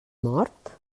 mort